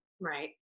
Right